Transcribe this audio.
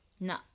No